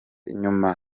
nyuma